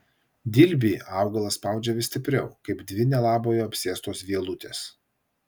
dilbį augalas spaudžia vis stipriau kaip dvi nelabojo apsėstos vielutės